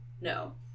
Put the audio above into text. no